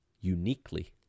uniquely